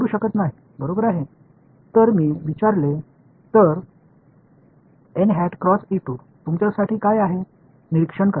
எனவே நான் பார்வையாளர் 2 பார்வையாளர் 2 ஐக் கேட்டால் இந்த அளவுகளில் எதை அணுகலாம்